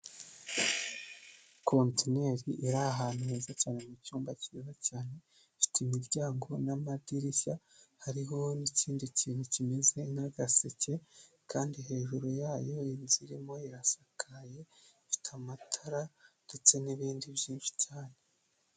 Kontineri iri ahantu heza cyane mu cyumba kiza cyane, gifite imiryango n'amadirishya, hariho n'ikindi kintu kimeze nk'agaseke, kandi hejuru yayo iyin nzu birimo irasakaye, ifite amatara ndetse n'ibindi byinshi cyane.